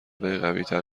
قویتر